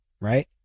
right